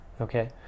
Okay